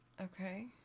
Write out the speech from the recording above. Okay